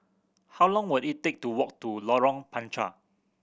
how long will it take to walk to Lorong Panchar